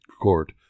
Court